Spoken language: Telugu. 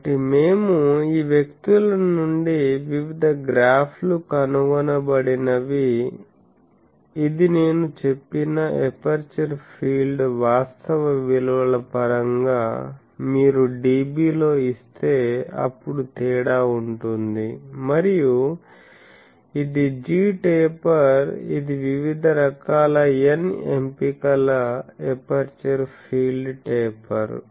కాబట్టి మేము ఈ వ్యక్తుల నుండి వివిధ గ్రాఫ్లు కనుగొనబడినవి ఇది నేను చెప్పిన ఎపర్చరు ఫీల్డ్ వాస్తవ విలువల పరంగా మీరు dB లో ఇస్తే అప్పుడు తేడా ఉంటుంది మరియు ఇది gtaper ఇది వివిధ రకాల n ఎంపికల ఎపర్చరు ఫీల్డ్ టేపర్